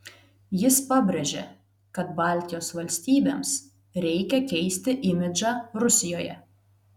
jis pabrėžė kad baltijos valstybėms reikia keisti imidžą rusijoje